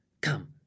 come